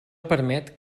permet